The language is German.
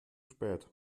spät